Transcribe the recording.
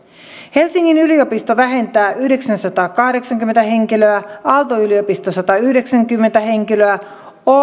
helsingin yliopisto vähentää yhdeksänsataakahdeksankymmentä henkilöä aalto yliopisto satayhdeksänkymmentä henkilöä